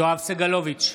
יואב סגלוביץ'